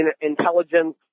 intelligence